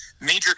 major